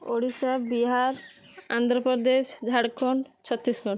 Odisha Bihar Andhra Pradesh Jharkhand Chhattisgarh